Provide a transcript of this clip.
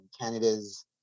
Canada's